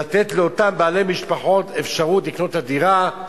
לתת לאותם בעלי משפחות אפשרות לקנות את הדירה,